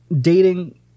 dating